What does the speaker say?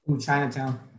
Chinatown